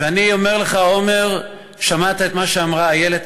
ואני אומר לך, עמר: שמעת את מה שאמרה איילת.